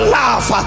laugh